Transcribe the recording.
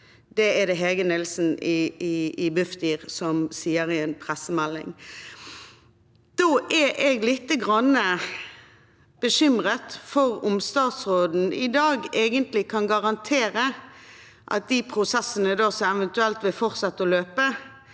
Det sier Hege Nilssen i Bufdir i en pressemelding. Da er jeg litt bekymret for om statsråden i dag egentlig kan garantere at de prosessene som eventuelt vil fortsette å løpe,